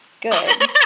good